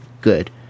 Good